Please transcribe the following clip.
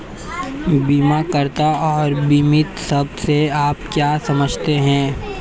बीमाकर्ता और बीमित शब्द से आप क्या समझते हैं?